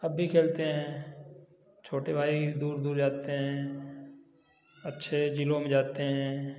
अब भी खेलते हैं छोटे भाई दूर दूर जाते हैं अच्छे जिलों में जाते हैं